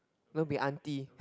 when we auntie